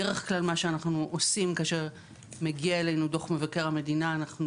בדרך כלל מה שאנחנו עושים כאשר מגיע אלינו דוח מבקר המדינה- אנחנו